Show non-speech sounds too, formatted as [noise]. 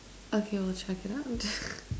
okay I'll check it out [laughs]